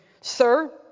Sir